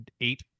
eight